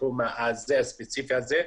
בתחום הספציפי הזה,